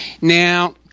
Now